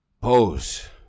pose